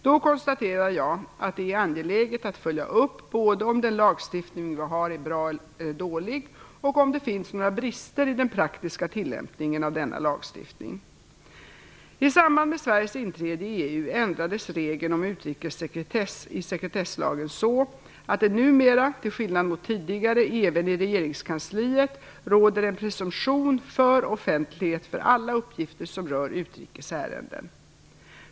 Då konstaterade jag att det är angeläget att följa upp både om den lagstiftning vi har är bra eller dålig och om det finns några brister i den praktiska tillämpningen av denna lagstiftning. I samband med Sveriges inträde i EU ändrades regeln om utrikessekretess i sekretesslagen så att det numera, till skillnad mot tidigare, även i regeringskansliet råder en presumtion för offentlighet för alla uppgifter som rör utrikes ärenden.